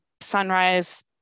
sunrise